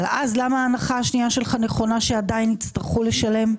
אבל אז למה ההנחה השנייה שלך נכונה שעדיין יצטרכו לשלם?